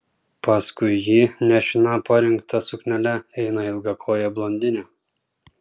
paskui jį nešina parinkta suknele eina ilgakojė blondinė